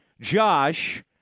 Josh